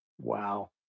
Wow